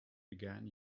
began